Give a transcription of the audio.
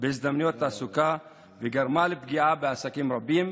בהזדמנויות תעסוקה וגרמה לפגיעה בעסקים רבים,